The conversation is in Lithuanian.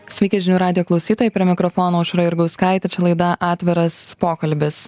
sveiki žinių radijo klausytojai prie mikrofono aušra jurgauskaitė čia laida atviras pokalbis